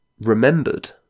remembered